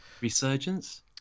Resurgence